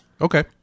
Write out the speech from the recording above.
Okay